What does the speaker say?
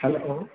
hello